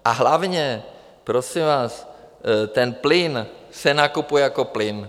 A hlavně, prosím vás, ten plyn se nakupuje jako plyn.